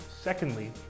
Secondly